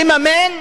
לממן